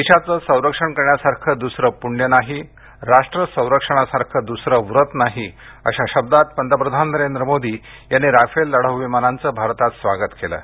देशाचं संरक्षण करण्यासारखं दूसरं प्रण्य नाही राष्ट्र संरक्षणासारख दूसरं व्रत नाही अशा शब्दांत पंतप्रधान नरेंद्र मोदी यांनी राफेल लढाऊ विमानांचं भारतात स्वागत केलं आहे